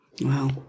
Wow